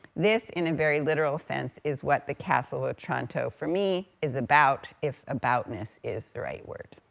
this, in a very literal sense, is what the castle of otranto, for me, is about, if aboutness is the right word.